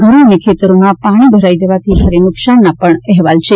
ઘરો અને ખેતરોમાં પાણી ભરાઇ જવાથી ભારે નુકશાનના પણ અહેવાલ છે